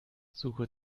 suche